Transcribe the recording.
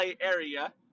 area